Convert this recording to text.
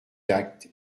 actes